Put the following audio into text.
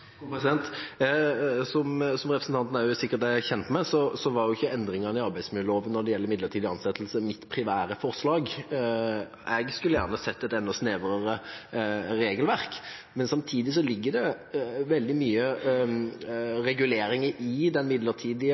Som representanten sikkert er kjent med, var ikke endringene i arbeidsmiljøloven når det gjelder midlertidig ansettelse, mitt primære forslag. Jeg skulle gjerne sett et enda snevrere regelverk, men samtidig ligger det veldig mange reguleringer i